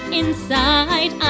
inside